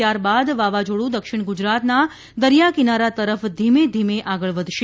ત્યારબાદ વાવાઝોડું દક્ષિણ ગુજરાતના દરિયા કિનારા તરફ ધીમે ધીમે આગળ વધશે